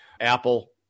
Apple